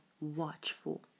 watchful